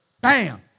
Bam